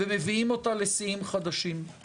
ומביאים אותה לשיאים חדשים.